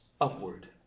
upward